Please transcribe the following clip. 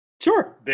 Sure